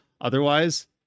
otherwise